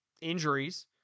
injuries